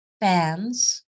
fans